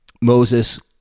Moses